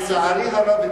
לצערי הרב,